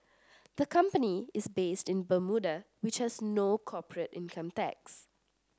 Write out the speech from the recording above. the company is based in Bermuda which has no corporate income tax